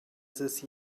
this